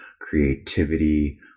creativity